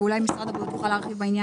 ואולי משרד הבריאות יוכל להרחיב,